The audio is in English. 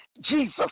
Jesus